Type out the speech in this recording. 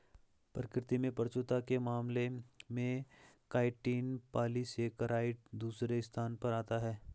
प्रकृति में प्रचुरता के मामले में काइटिन पॉलीसेकेराइड दूसरे स्थान पर आता है